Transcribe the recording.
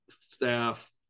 staff